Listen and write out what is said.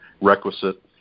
requisite